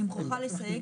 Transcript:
אני מוכרחה לסייג,